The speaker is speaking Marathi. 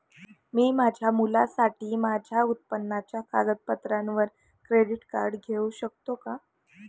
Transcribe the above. मी माझ्या मुलासाठी माझ्या उत्पन्नाच्या कागदपत्रांवर क्रेडिट कार्ड घेऊ शकतो का?